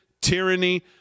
tyranny